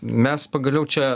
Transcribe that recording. mes pagaliau čia